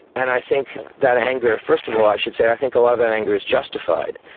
and i think that anger, first of all i should say i think a lot of that anger is justified,